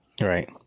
right